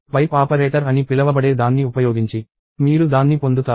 pipe || operator అని పిలవబడే దాన్ని ఉపయోగించి మీరు దాన్ని పొందుతారు